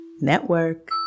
Network